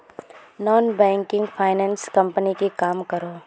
Non banking finance company की काम करोहो?